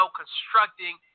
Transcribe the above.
constructing